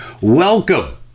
welcome